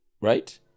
Right